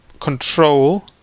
control